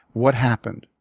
what happened?